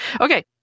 Okay